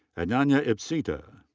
ananya ipsita.